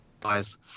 guys